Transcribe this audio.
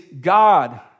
God